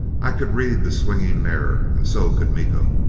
i could read the swinging mirror, and so could miko.